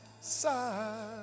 side